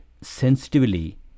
sensitively